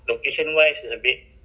oh that one